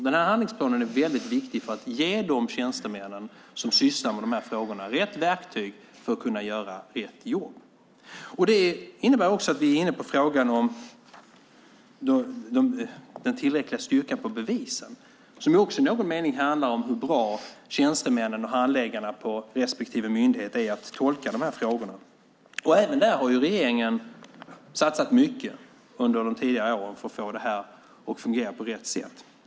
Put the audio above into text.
Den handlingsplanen är viktig för att ge de tjänstemän som sysslar med dessa frågor rätt verktyg för att kunna göra rätt jobb. Därmed kommer vi in på frågan om den tillräckliga styrkan på bevisen, som i någon mening också handlar om hur bra tjänstemännen och handläggarna vid respektive myndighet är på att tolka dessa frågor. Även där har regeringen satsat mycket under de tidigare åren för att få det att fungera på rätt sätt.